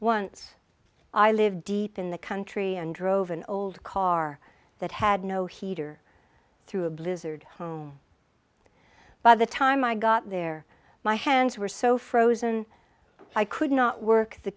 once i lived deep in the country and drove an old car that had no heat or through a blizzard home by the time i got there my hands were so frozen i could not work the